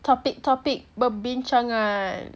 topic topic perbincangan